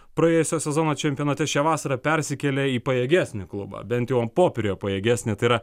praėjusio sezono čempionate šią vasarą persikėlė į pajėgesnį klubą bent jau popieriuje pajėgesnį tai yra